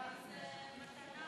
למה הכוונה